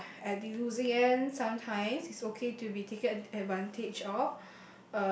uh at the losing end sometimes it's okay to be taken advantage of